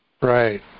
Right